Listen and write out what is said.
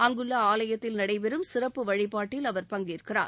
அங்குள்ள ஆலயத்தில் நடைபெறும் சிறப்பு வழிப்பாட்டில் அவர் பங்கேற்கிறார்